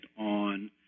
on